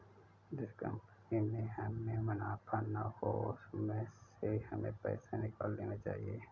जिस कंपनी में हमें मुनाफा ना हो उसमें से हमें पैसे निकाल लेने चाहिए